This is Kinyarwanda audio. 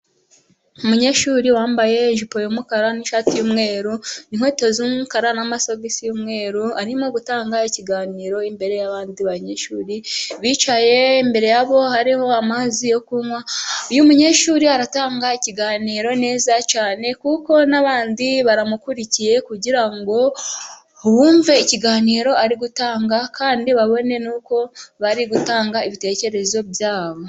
Umunyeshuri wambaye ijipo y'umukara n'ishati y'umweru, inkweto z'umukara n'amasogisi y'umweru, arimo gutanga ikiganiro imbere y'abandi banyeshuri bicaye, imbere yabo hariho amazi yo kunwa. Uyu munyeshuri aratanga ikiganiro neza cyane kuko n'abandi baramukurikiye, kugira ngo bumve ikiganiro ari gutanga kandi babone n'uko batanga ibitekerezo byabo.